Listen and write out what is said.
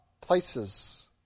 places